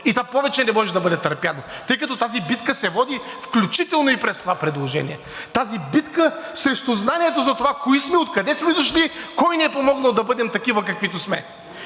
и това повече не може да бъде търпяно, тъй като тази битка се води включително и през това предложение – тази битка срещу знанието, за това кои сме, откъде сме дошли, кой ни е помогнал да бъдем такива, каквито сме.